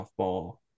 softball